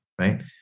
right